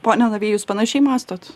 pone navy jūs panašiai mąstot